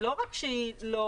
לא רק שהיא לא